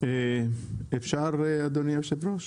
אפשר אדוני יושב הראש?